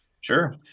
sure